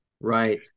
Right